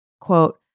quote